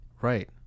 right